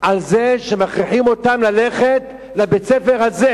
על זה שמכריחים אותם ללכת לבית-הספר הזה.